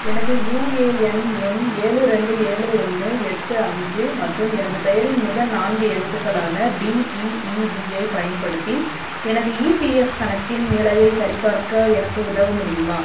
எனது யுஏஎன் எண் ஏழு ரெண்டு ஏழு ஒன்று எட்டு அஞ்சு மற்றும் எனது பெயரின் முதல் நான்கு எழுத்துகளான டிஇஇபியைப் பயன்படுத்தி எனது ஈபிஎஃப் கணக்கின் நிலையைச் சரிபார்க்க எனக்கு உதவ முடியுமா